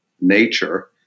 nature